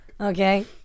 Okay